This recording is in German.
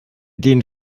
den